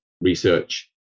research